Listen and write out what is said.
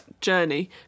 journey